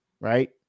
Right